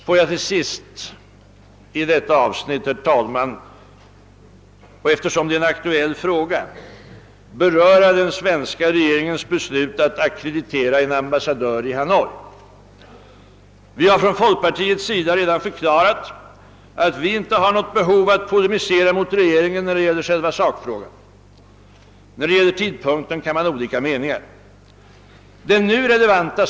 Får jag till sist i detta avsnitt, eftersom det är en aktuell fråga, beröra den svenska regeringens beslut att ackreditera en ambassadör i Hanoi. Vi har från folkpartiets sida redan förklarat att vi inte har något behov av att polemisera mot regeringen i själva sakfrågan — när det gäller tidpunkten kan olika meningar föreligga.